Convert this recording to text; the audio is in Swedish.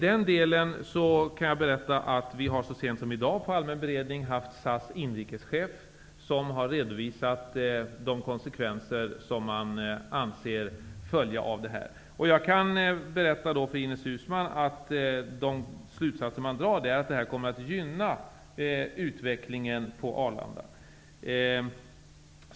Jag kan berätta att så sent som på dagens allmänna beredning var SAS inrikeschef på besök. Han redovisade de konsekvenser som SAS anser följer av detta. Jag kan berätta för Ines Uusmann att de slutsatser som dras är att detta kommer att gynna utvecklingen på Arlanda.